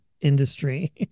industry